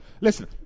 Listen